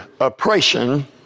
oppression